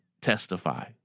testify